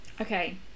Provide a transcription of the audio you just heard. okay